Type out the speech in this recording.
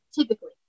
typically